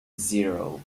zero